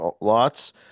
lots